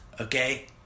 okay